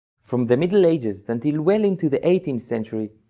from the middle ages until well into the eighteenth century,